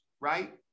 right